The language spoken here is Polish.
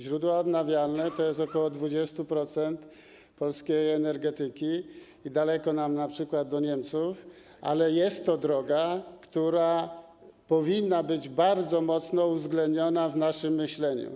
Źródła odnawialne to ok. 20% polskiej energetyki i daleko nam np. do Niemców, ale jest to droga, która powinna być bardzo mocno uwzględniona w naszym myśleniu.